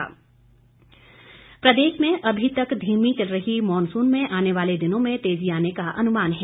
मौसम प्रदेश में अभी तक धीमी चल रही मॉनसून में आने वाले दिनों में तेजी आने का अनुमान है